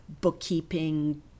bookkeeping